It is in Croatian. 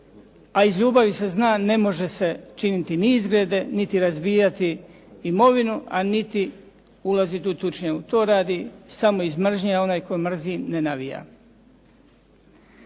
A iz ljubavi se zna, ne može se činiti ni izgrede, niti razbijati imovinu, a niti ulaziti u tučnjavu. To radi samo iz mržnje, a onaj tko mrzi ne navija.